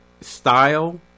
style